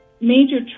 major